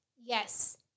yes